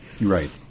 Right